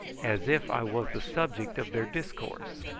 as if i was the subject of their discourse.